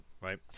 Right